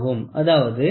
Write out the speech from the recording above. அதாவது 5 X 0